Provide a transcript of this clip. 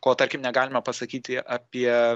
ko tarkim negalima pasakyti apie